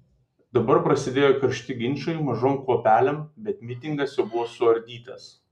dabar prasidėjo karšti ginčai mažom kuopelėm bet mitingas jau buvo suardytas